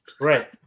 Right